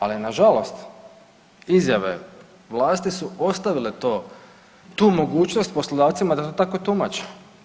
Ali nažalost izjave vlasti su ostavile tu mogućnost poslodavcima da to tako tumače.